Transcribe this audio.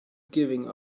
giving